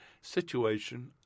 situation